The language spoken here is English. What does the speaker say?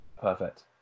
perfect